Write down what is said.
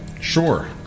Sure